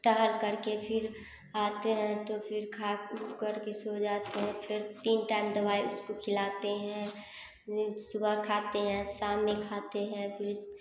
टहल कर के फिर आते हैं तो फिर खा कर के सो जाते हैं फिर तीन टाइम दवाई उसको खिलाते हैं नीन सुबह खाते हैं शाम में खाते हैं फिर